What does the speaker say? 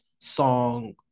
song